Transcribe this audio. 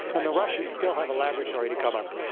and the russians still have a laboratory to come up.